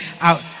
out